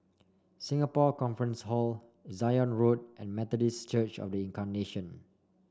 Singapore Conference Hall Zion Road and Methodist Church Of The Incarnation